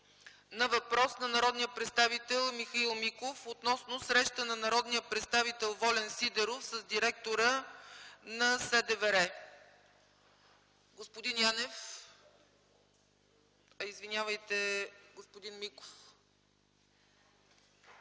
на въпрос на народния представител Михаил Миков относно среща на народния представител Волен Сидеров с директора на СДВР. Господин Миков, заповядайте да